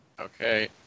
Okay